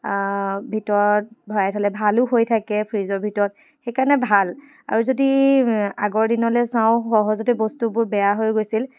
ভিতৰত ভৰাই থ'লে ভালো হৈ থাকে ফ্ৰিজৰ ভিতৰত সেইকাৰণে ভাল আৰু যদি আগৰ দিনলৈ চাওঁ সহজতে বস্তুবোৰ বেয়া হৈ গৈছিল